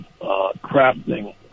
crafting